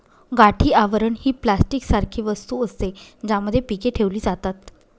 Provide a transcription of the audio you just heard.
गाठी आवरण ही प्लास्टिक सारखी वस्तू असते, ज्यामध्ये पीके ठेवली जातात